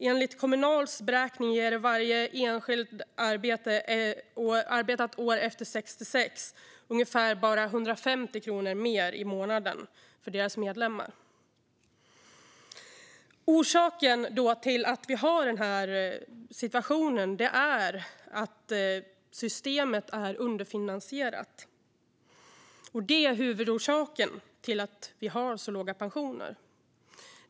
Enligt Kommunals beräkningar ger varje enskilt arbetat år efter 66 års ålder bara ungefär 150 kronor mer i månaden för deras medlemmar. Orsaken till att vi har den här situationen är att systemet är underfinansierat. Det är huvudorsaken till att vi har så låga pensioner.